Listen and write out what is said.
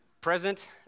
present